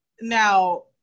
now